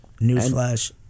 Newsflash